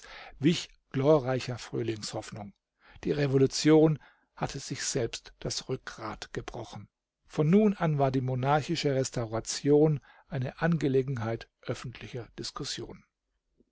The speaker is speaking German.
wich glorreicher frühlingshoffnung die revolution hatte sich selbst das rückgrat gebrochen von nun an war die monarchische restauration eine angelegenheit öffentlicher diskussion